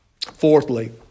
Fourthly